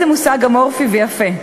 איזה מושג אמורפי ויפה,